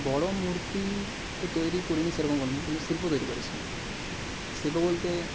বড় মূর্তি তো তৈরি করিনি সেরকম কোনো দিন কিন্তু শিল্প তৈরি করেছি শিল্প বলতে